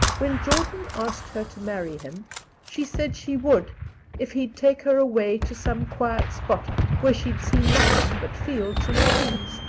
when jordan asked her to marry him she said she would if he'd take her away to some quiet spot where she'd see nothing but fields and trees.